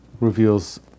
reveals